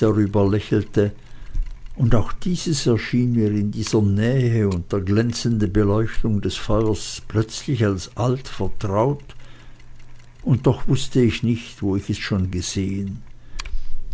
darüber lächelte und auch dieses erschien mir in dieser nähe und der glänzenden beleuchtung des feuers plötzlich als altvertraut und doch wußte ich nicht wo ich es schon gesehen